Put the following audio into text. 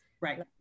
Right